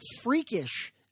freakish